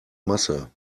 masse